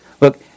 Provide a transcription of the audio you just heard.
Look